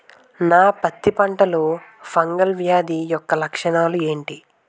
నా పత్తి పంటలో ఫంగల్ వ్యాధి యెక్క లక్షణాలు ఏంటి?